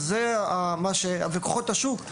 ולהתייחס לכוחות השוק,